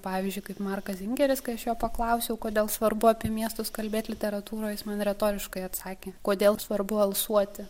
pavyzdžiui kaip markas zingeris kai aš jo paklausiau kodėl svarbu apie miestus kalbėt literatūroj jis man retoriškai atsakė kodėl svarbu alsuoti